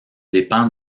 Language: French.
dépend